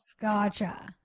Gotcha